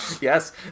yes